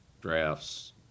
drafts